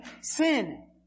sin